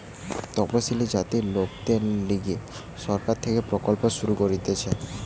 তপসিলি জাতির লোকদের লিগে সরকার থেকে প্রকল্প শুরু করতিছে